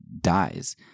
dies